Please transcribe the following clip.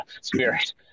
spirit